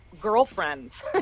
girlfriends